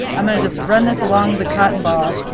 i'm gonna just run this along the cotton ball.